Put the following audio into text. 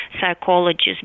psychologists